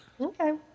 Okay